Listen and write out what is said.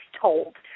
told